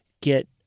get